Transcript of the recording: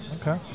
Okay